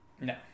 No